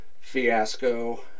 fiasco